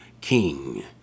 king